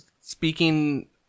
speaking